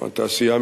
התעשייה,